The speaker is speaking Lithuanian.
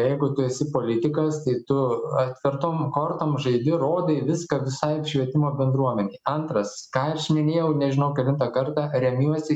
jeigu tu esi politikas tai tu atvertom kortom žaidi rodai viską visai švietimo bendruomenei antras ką aš minėjau nežinau kelintą kartą remiuosi